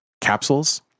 Capsules